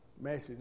message